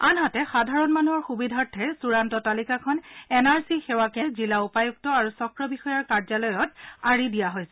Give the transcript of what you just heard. আনহাতে সাধাৰণ মানুহৰ সুবিধাৰ্থে চুডান্ত তালিকাখন এন আৰ চি সেৱা কেন্দ্ৰসমূহৰ লগতে জিলা উপায়ুক্ত আৰু চক্ৰ বিষয়াৰ কাৰ্যালয়ত আঁৰি দিয়া হৈছে